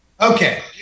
Okay